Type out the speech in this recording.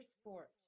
sport